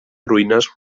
ruïnes